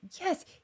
Yes